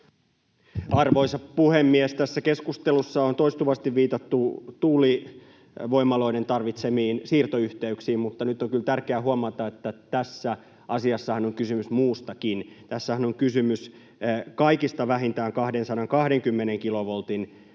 Arvoisa puhemies! Tässä keskustelussa on toistuvasti viitattu tuulivoimaloiden tarvitsemiin siirtoyhteyksiin, mutta nyt on kyllä tärkeää huomata, että tässä asiassahan on kysymys muustakin. Tässähän on kysymys kaikista vähintään 220